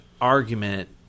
argument